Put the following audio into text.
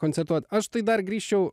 koncertuot aš tai dar grįžčiau